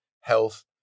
health